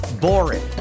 boring